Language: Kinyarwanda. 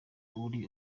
uri